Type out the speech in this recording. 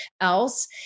else